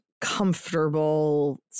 comfortable